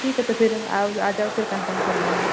ठीक है तो फिर आओ आ जाओ फिर कन्फ़म कर लेंगे